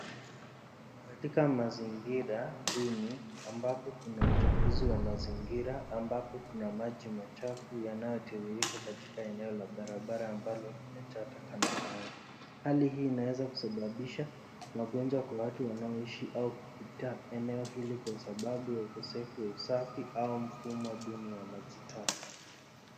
Katika mazingira duni ambapo kuna uchafuzi wa mazingira ambapo kuna maji machafu yanayo tiririka katika eneo la barabara ambalo limejaa taka na mawe. Hali hii inaweza kusababisha magonjwa kwa watu wanaoishi au kupita eneo hili kwa sababu ya ukosefu wa usafi au mfumo duni wa maji taka.